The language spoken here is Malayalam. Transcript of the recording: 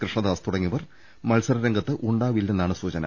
കൃഷ്ണദാസ് തുടങ്ങിയവർ മത്സര രംഗത്തുണ്ടാവില്ലെന്നാണ് സൂചന